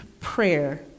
prayer